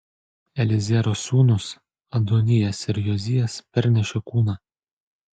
eliezero sūnūs adonijas ir jozijas pernešė kūną